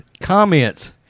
comments